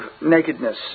nakedness